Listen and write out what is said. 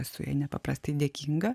esu jai nepaprastai dėkinga